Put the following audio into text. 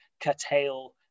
curtail